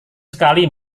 sekali